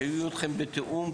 שיהיו איתכם בתיאום.